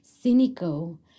cynical